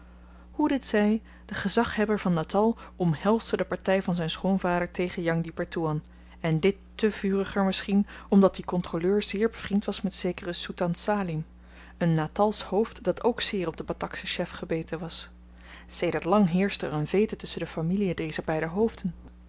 hoe dit zy de gezaghebber van natal omhelsde de party van zyn schoonvader tegen jang di pertoean en dit te vuriger misschien omdat die kontroleur zeer bevriend was met zekeren soetan salim een natalsch hoofd dat ook zeer op den battakschen chef gebeten was sedert lang heerschte er een veete tusschen de familien dezer beide hoofden